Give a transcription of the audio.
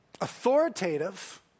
authoritative